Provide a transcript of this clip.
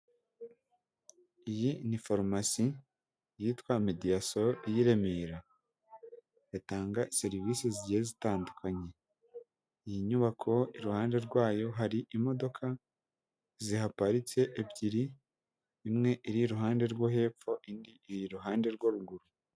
Iyi ni farumasi yitwa mediyaso y'i Remera batanga serivisi zigiye zitandukanye, iyi nyubako iruhande rwayo hari imodoka zihaparitse ebyiri imwe iri iruhande rwo hepfo indi iri iruhande rwo ruguru.